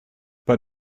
but